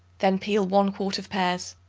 then peel one quart of pears.